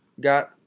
Got